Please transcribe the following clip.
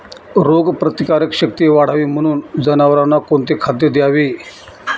रोगप्रतिकारक शक्ती वाढावी म्हणून जनावरांना कोणते खाद्य द्यावे?